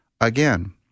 again